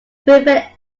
prevent